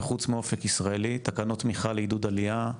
וחוץ מאופק ישראלי, תקנות תמיכה לעידוד עלייה?